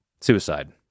suicide